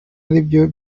aribyo